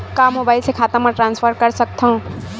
का मोबाइल से खाता म ट्रान्सफर कर सकथव?